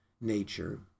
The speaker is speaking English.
nature